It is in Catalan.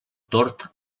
tord